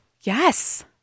yes